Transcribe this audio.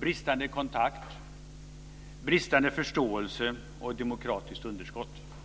bristande kontakt, bristande förståelse och ett demokratiskt underskott.